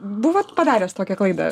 buvot padaręs tokią klaidą